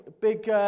big